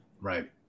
Right